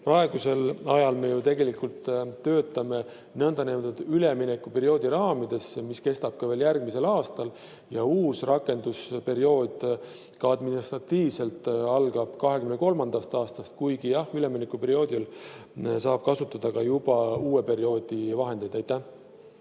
Praegu me tegelikult töötame nn üleminekuperioodi raamides ja see kestab ka veel järgmisel aastal. Uus rakendusperiood administratiivselt algab 2023. aastast, kuigi jah, üleminekuperioodil saab kasutada ka juba uue perioodi vahendeid.